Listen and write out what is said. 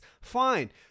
fine